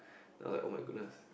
then I was like oh my goodness